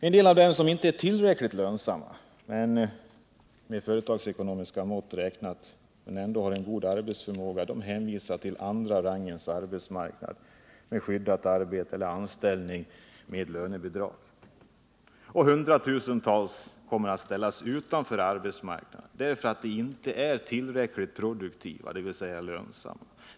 En del av dem som inte är tillräckligt lönsamma med företagsekonomiska mått räknat men som ändå har en god arbetsförmåga hänvisas till andra rangens arbetsmarknad med skyddat arbete eller anställning med lönebidrag. Och hundratusentals människor ställs utanför arbetsmarknaden därför att de inte är tillräckligt produktiva, dvs. lönsamma.